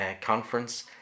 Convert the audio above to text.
conference